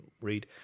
read